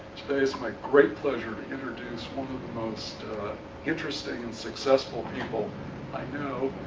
today, it's my great pleasure to introduce one of the most interesting and successful people i know,